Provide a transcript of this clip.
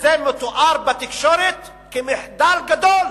וזה מתואר בתקשורת כמחדל גדול,